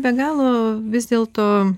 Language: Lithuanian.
be galo vis dėlto